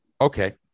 Okay